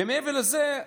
ומעבר לזה,